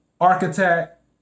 architect